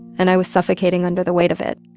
and i was suffocating under the weight of it.